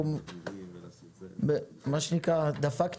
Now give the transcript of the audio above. אדוני השר,